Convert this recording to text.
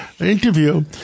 interview